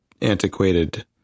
antiquated